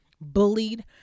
bullied